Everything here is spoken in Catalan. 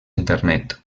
internet